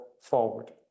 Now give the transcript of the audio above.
forward